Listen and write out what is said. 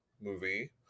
movie